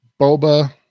Boba